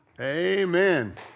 Amen